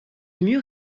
mur